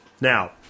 Now